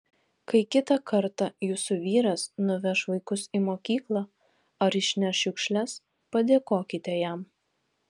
kai kitą kartą jūsų vyras nuveš vaikus į mokyklą ar išneš šiukšles padėkokite jam